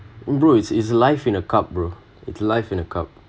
bro it's it's life in a cup bro it's life in a cup